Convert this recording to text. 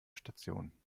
stationen